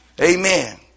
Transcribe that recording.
Amen